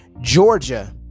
georgia